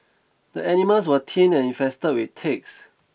the animals were thin and infested with ticks